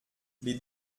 les